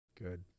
Good